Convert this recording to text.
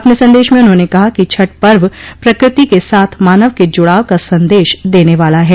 अपने संदेश में उन्होंने कहा कि छठ पर्व प्रकृति के साथ मानव के जुड़ाव का संदेश देने वाला है